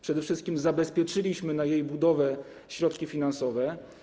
Przede wszystkim zabezpieczyliśmy na jej budowę środki finansowe.